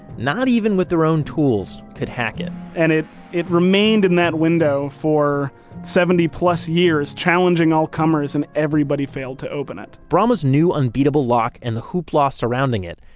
not even with their own tools, could hack it and it it remained in that window for seventy plus years, challenging all comers, and everybody failed to open it bramah's new unbeatable lock and the hoopla surrounding it,